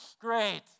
great